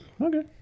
Okay